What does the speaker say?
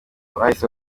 bahise